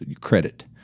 credit